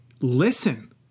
listen